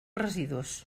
residus